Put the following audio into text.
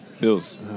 Bills